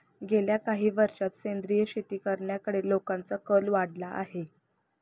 गेल्या काही वर्षांत सेंद्रिय शेती करण्याकडे लोकांचा कल वाढला आहे